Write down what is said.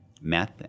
meth